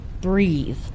breathe